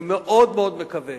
אני מאוד מקווה